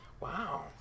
Wow